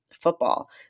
football